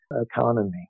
economy